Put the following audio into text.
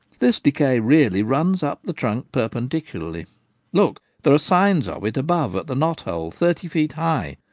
this decay really runs up the trunk perpendicularly look, there are signs of it above at the knot-hole, thirty feet high,